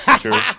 Sure